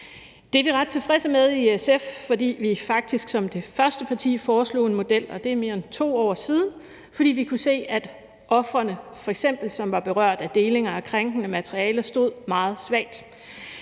Det er vi ret tilfredse med i SF, fordi vi faktisk som det første parti foreslog en model – og det er mere end 2 år siden – fordi vi kunne se, at ofrene, som f.eks. var berørt af deling af krænkende materiale, stod meget svagt.